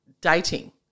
dating